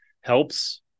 helps